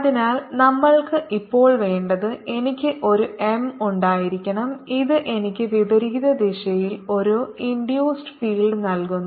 അതിനാൽ നമ്മൾക്ക് ഇപ്പോൾ വേണ്ടത് എനിക്ക് ഒരു എം ഉണ്ടായിരിക്കണം ഇത് എനിക്ക് വിപരീത ദിശയിൽ ഒരു ഇൻഡ്യൂസ്ഡ് ഫീൽഡ് നൽകുന്നു